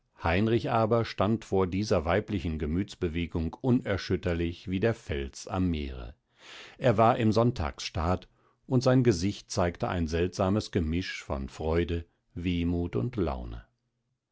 heinrich aber stand vor dieser weiblichen gemütsbewegung unerschütterlich wie der fels am meere er war im sonntagsstaat und sein gesicht zeigte ein seltsames gemisch von freude wehmut und laune